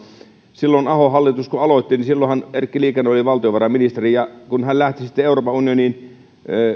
kun ahon hallitus aloitti niin silloinhan erkki liikanen oli valtiovarainministeri kun hän lähti sitten euroopan unioniin